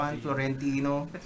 Florentino